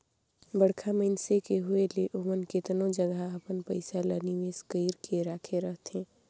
बड़खा मइनसे के होए ले ओमन केतनो जगहा अपन पइसा ल निवेस कइर के राखे रहथें